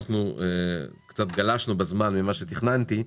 אנחנו קצת גלשנו בזמן ממה שתכננתי,